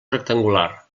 rectangular